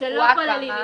שלא כוללים התמחות.